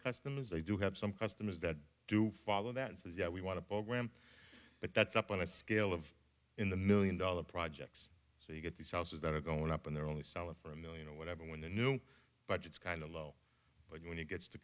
customers they do have some customers that do follow that says yeah we want to program but that's up on a scale of in the million dollar projects so you get these houses that are going up and they're only selling for a million or whatever when the new budget is kind of low but when it gets to